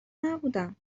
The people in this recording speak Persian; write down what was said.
نبودم